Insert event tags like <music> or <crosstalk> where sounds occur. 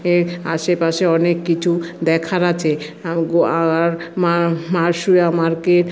এর আশেপাশে অনেক কিচু দেখার আছে আর <unintelligible> মার্কেট